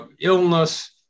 illness